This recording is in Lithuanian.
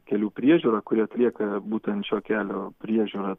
kelių priežiūrą kuri atlieka būtent šio kelio priežiūrą